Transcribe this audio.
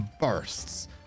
bursts